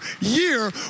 year